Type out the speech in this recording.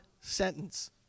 sentence